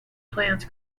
plans